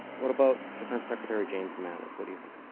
what about defense? secretary james man is what do you think?